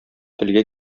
телгә